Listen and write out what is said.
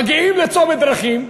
מגיעים לצומת דרכים,